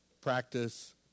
practice